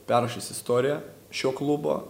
perrašys istoriją šio klubo